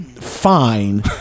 fine